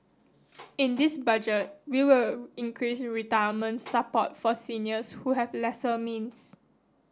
in this budget we will increase retirement support for seniors who have lesser means